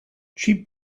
cheap